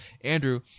Andrew